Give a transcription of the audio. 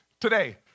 today